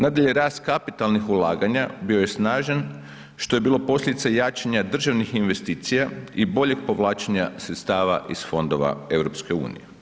Nadalje, rast kapitalnih ulaganja bio je snažan što je bilo posljedica jačanja državnih investicija i boljeg povlačenja sredstava iz Fondova EU.